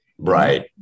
Right